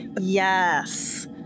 Yes